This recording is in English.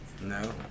No